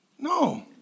No